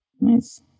Nice